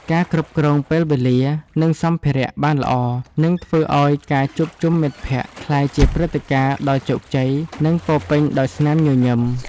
ការគ្រប់គ្រងពេលវេលា និងសម្ភារៈបានល្អ នឹងធ្វើឱ្យការជួបជុំមិត្តភក្តិក្លាយជាព្រឹត្តិការណ៍ដ៏ជោគជ័យ និងពោរពេញដោយស្នាមញញឹម។